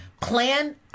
plan